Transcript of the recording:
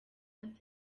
saint